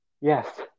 Yes